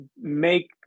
make